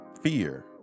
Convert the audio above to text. fear